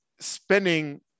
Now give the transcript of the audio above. spending